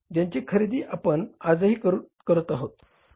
ज्यांची खरेदी आपण आजही करत आहोत